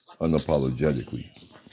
unapologetically